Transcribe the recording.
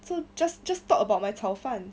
so just just talk about my 炒饭